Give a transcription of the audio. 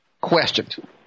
questioned